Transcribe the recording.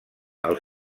als